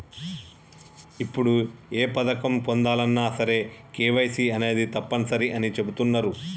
ఇప్పుడు ఏ పథకం పొందాలన్నా సరే కేవైసీ అనేది తప్పనిసరి అని చెబుతున్నరు